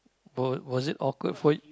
w~ was it awkward for y~